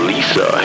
Lisa